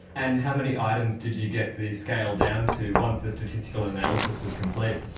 and how many items did you get the scale down to, once the statistical analysis was complete.